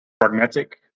pragmatic